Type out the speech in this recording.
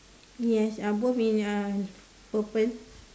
yes uh both in uh purple